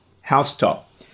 housetop